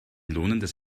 lohnendes